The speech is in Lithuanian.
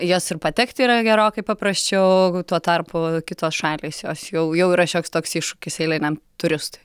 į jas ir patekti yra gerokai paprasčiau tuo tarpu kitos šalys jos jau jau yra šioks toks iššūkis eiliniam turistui